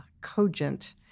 cogent